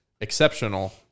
exceptional